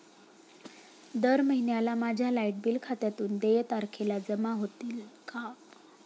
दर महिन्याला माझ्या लाइट बिल खात्यातून देय तारखेला जमा होतील का?